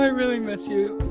ah really miss you